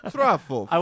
Truffle